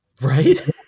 Right